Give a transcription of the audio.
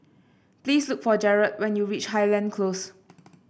please look for Jerrod when you reach Highland Close